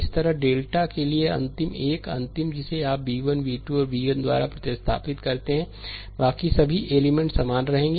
इसी तरहडेल्टा के लिए अंतिम एक अंतिम जिसे आप b1b2 और bn द्वारा प्रतिस्थापित करते हैं बाकी सभी एलिमेंट्स समान रहेंगे